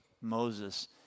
Moses